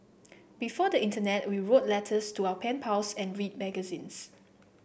before the internet we wrote letters to our pen pals and read magazines